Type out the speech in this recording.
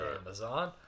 Amazon